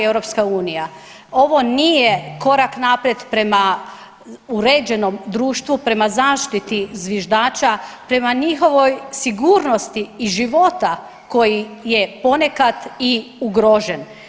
Ovo nije korak naprijed prema uređenom društvu, prema zaštiti zviždača, prema njihovoj sigurnosti i života koji je ponekad i ugrožen.